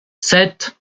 sept